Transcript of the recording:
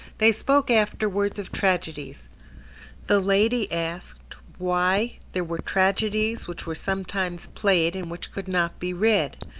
they spoke afterwards of tragedies the lady asked why there were tragedies which were sometimes played and which could not be read.